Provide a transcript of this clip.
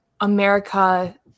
America